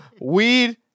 Weed